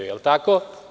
Je li tako?